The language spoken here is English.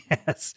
Yes